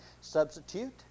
substitute